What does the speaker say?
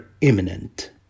imminent